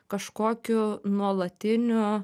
kažkokiu nuolatiniu